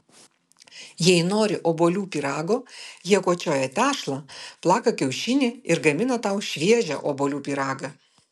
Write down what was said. jei nori obuolių pyrago jie kočioja tešlą plaka kiaušinį ir gamina tau šviežią obuolių pyragą